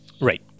Right